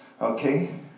Okay